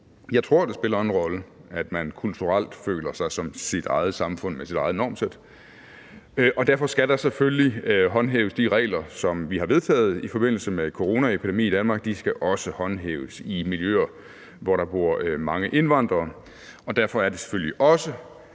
Jeg tror, at det spiller en rolle, at man kulturelt føler sig som sit eget samfund med sit eget normsæt, og derfor skal der selvfølgelig håndhæves de regler, som vi har vedtaget i forbindelse med coronaepidemien i Danmark – de skal også håndhæves i miljøer, hvor der bor mange indvandrere. Derfor er det selvfølgelig også